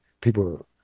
people